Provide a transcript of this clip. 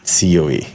COE